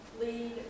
lead